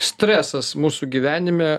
stresas mūsų gyvenime